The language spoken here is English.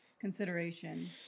consideration